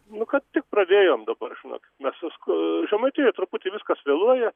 nu kad tik pradėjom dabar žinot mes viskų žemaitijoj truputį viskas vėluoja